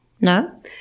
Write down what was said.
No